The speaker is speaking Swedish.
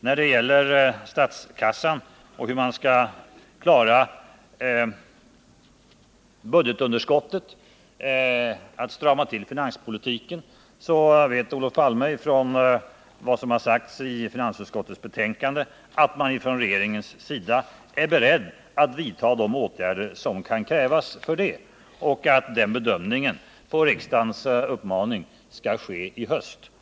När det gäller hur vi skall strama åt finanspolitiken och klara budgetunderskottet vet Olof Palme från finansutskottets betänkande att regeringen är beredd att vidta de åtgärder som kan krävas för det och att den bedömningen på riksdagens uppmaning skall göras i höst.